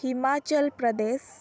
Himachal Pradesh